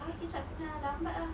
Afif tak pernah lambat ah